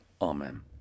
Amen